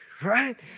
right